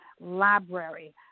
library